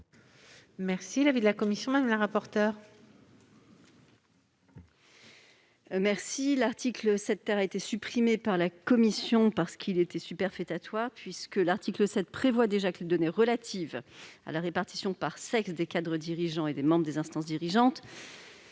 est l'avis de la commission ? L'article 7 a été supprimé par la commission parce qu'il était superfétatoire. En effet, l'article 7 prévoit déjà que les données relatives à la répartition par sexe des cadres dirigeants et des membres des instances dirigeantes